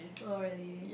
oh really